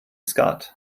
skat